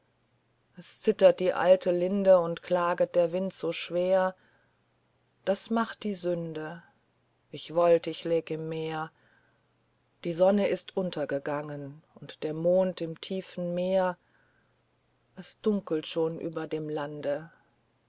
es zittert die alte linde und klaget der wind so schwer das macht das macht die sünde ich wollt ich läg im meer die sonne ist untergegangen und der mond im tiefen meer es dunkelt schon über dem lande